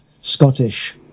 Scottish